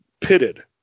pitted